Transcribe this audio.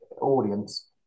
audience